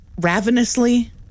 ravenously